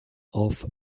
off